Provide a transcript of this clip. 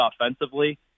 offensively